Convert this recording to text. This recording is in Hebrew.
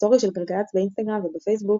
בסטורי של גלגלצ באינסטגרם ובפייסבוק,